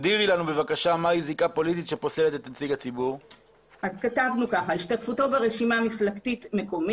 נציג בעירייה או ברשות המקומית